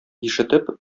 ишетеп